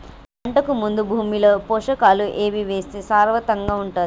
పంటకు ముందు భూమిలో పోషకాలు ఏవి వేస్తే సారవంతంగా ఉంటది?